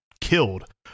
killed